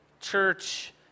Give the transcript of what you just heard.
church